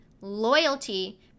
loyalty